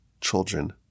children